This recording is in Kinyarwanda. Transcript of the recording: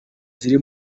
ziri